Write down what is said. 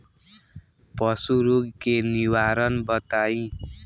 पशु रोग के निवारण बताई?